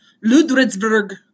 Ludwigsburg